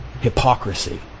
hypocrisy